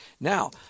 Now